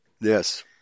Yes